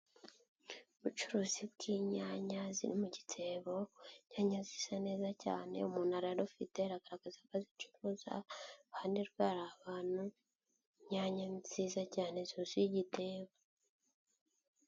Ubucuruzi bw'inyanya ziri mu gitebo, inyanya zisa neza cyane, umuntu ararufite, agaragaza ko azicuruza, iruhande rwe hari ahantu, inyanya nziza cyane zuzuye igitebo.